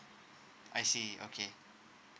I see okay